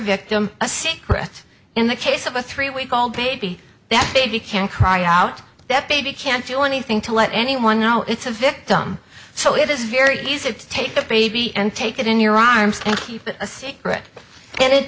victim a secret in the case of a three week old baby that baby can cry out that baby can't do anything to let anyone know it's a victim so it is very easy to take the baby and take it in your arms and keep it a secret and it